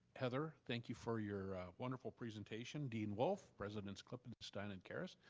heather, thank you for your wonderful presentation. dean wolff, presidents klippenstein and charis.